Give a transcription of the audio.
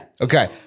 Okay